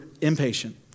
impatient